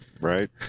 Right